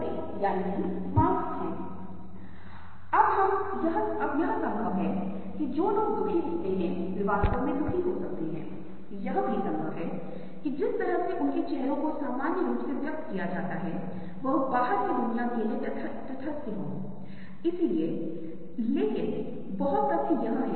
तो आप उस पूर्व कंडीशनिंग अभिविन्यास को देखते हैं जो कि हम सभी को सबसे अधिक सभी समय के सभी बिंदुओं पर रोशनी देखने की ओर है ऊपर से इस प्रकार की व्याख्या करना हमारे लिए बहुत आसान है लेकिन ये इससे ज्यादा कुछ नहीं हैं विशिष्ट प्रकार की धारणाएं